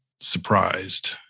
surprised